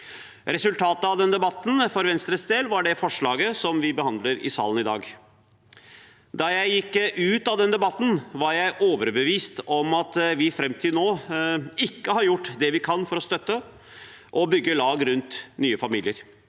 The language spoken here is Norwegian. Resultatet av den debatten for Venstres del var det forslaget som vi behandler i salen i dag. Da jeg gikk ut av den debatten, var jeg overbevist om at vi fram til nå ikke har gjort det vi kan for å støtte og bygge lag rundt nye familier.